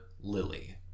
lily